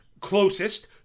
closest